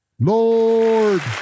Lord